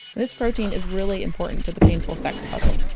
this protein is really important to the painful sex puzzle.